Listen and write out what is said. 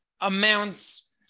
amounts